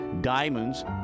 diamonds